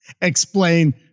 explain